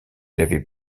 l’avait